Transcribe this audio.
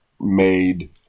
made